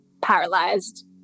paralyzed